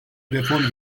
reform